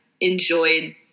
enjoyed